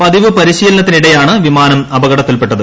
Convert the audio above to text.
പതിവു പരിശീലനത്തിനിടെയാണ് വിമാനം അപകടത്തിൽ പ്പെട്ടത്